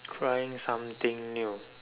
trying something new